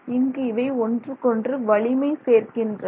இங்கு இவை ஒன்றுக்கொன்று வலிமை சேர்க்கின்றன